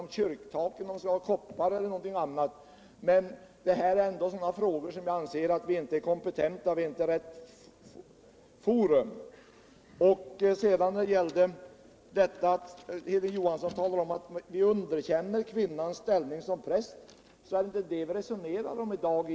t.ex. frågor som gäller om kyrktaken skall vara av koppar o. d. — men det vi nu kommit in på anserjag inte att vi är kompetenta att besluta om. Riksdagen är inte rätt forum för det. Hilding Johansson säger vidare att vi underkänner kvinnans ställning som präst. Men det är ju egentligen inte det vi resonerar om i dag.